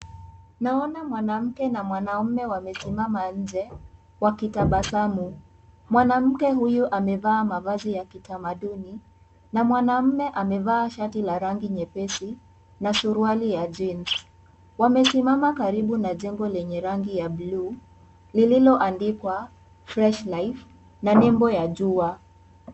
Naona mwanamke na mwanaume wamesimama nje wakitabasamu. Mwanamke huyu amevaa mavazi ya kitamaduni na mwanaume amevaa shati la rangi nyepesi na suruali ya jeans . Wamesimama karibu na jengo lenye rangi ya bluu lililoandikwa "Fresh life" na nembo ya jua.